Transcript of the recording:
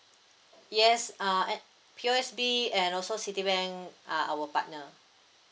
yes uh and P_O_S_B and also Citibank uh our partner